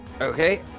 Okay